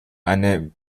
eine